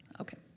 Okay